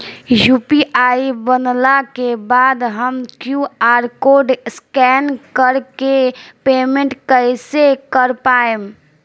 UPI बनला के बाद हम क्यू.आर कोड स्कैन कर के पेमेंट कइसे कर पाएम?